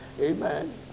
amen